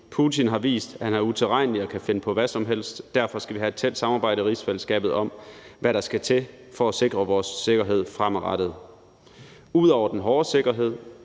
Putin har vist, at han er utilregnelig og kan finde på hvad som helst, og derfor skal vi have et tæt samarbejde i rigsfællesskabet om, hvad der skal til for at sikre vores sikkerhed fremadrettet. Ud over den hårde sikkerhed